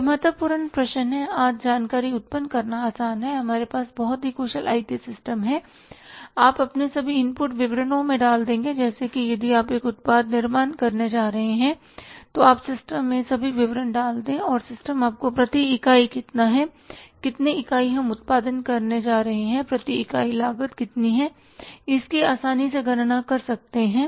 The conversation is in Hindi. यह महत्वपूर्ण प्रश्न है कि आज जानकारी उत्पन्न करना आसान है हमारे पास बहुत ही कुशल आईटी सिस्टम हैं आप अपने सभी इनपुट विवरणों डाल देंगे जैसे कि यदि आप एक उत्पाद निर्माण करने जा रहे हैं तो आप सिस्टम में सभी विवरण डाल दें और सिस्टम आपको प्रति इकाई कितना है कितने इकाई हम उत्पादन करने जा रहे हैं प्रति इकाई लागत कितनी है इसकी आसानी से गणना कर सकते हैं